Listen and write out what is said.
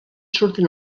surten